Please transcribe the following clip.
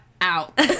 out